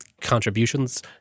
contributions